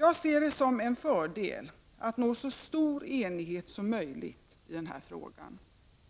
Jag ser det som en fördel att nå så stor enighet som möjligt i denna fråga.